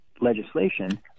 legislation